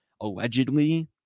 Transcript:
allegedly